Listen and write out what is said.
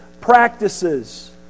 practices